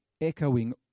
echoing